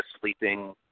sleeping